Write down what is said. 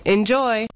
Enjoy